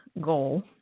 goal